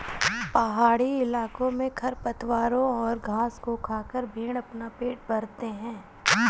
पहाड़ी इलाकों में खरपतवारों और घास को खाकर भेंड़ अपना पेट भरते हैं